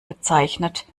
bezeichnet